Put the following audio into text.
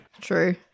True